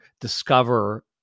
discover